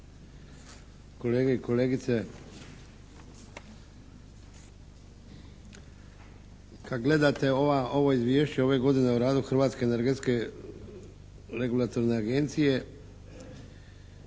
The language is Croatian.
kolege i kolegice. Kad gledate ovo Izvješće ove godine o radu Hrvatske energetske regulatorne agencije